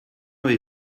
avez